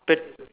but